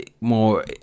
more